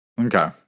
Okay